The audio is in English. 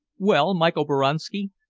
well, michael boranski,